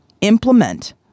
implement